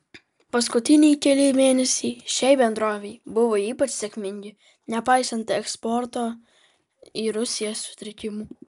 paskutiniai keli mėnesiai šiai bendrovei buvo ypač sėkmingi nepaisant eksporto į rusiją sutrikimų